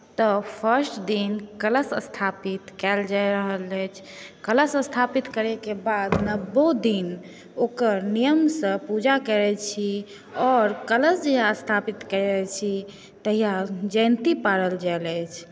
तऽ फर्स्ट दिन कलश स्थापित कयल जा रहल अछि कलश स्थापित करैके बाद नओ दिन ओकर नियमसँ पूजा करै छी आओर कलश जे स्थापित करै छी तहिआ जयन्ती पाड़ल जाइत अछि